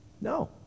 No